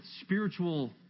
spiritual